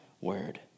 word